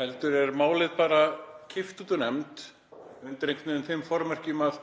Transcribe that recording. heldur er málinu bara kippt út úr nefnd undir þeim formerkjum að